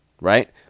right